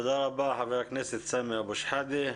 תודה רבה חבר הכנסת סמי אבו שחאדה.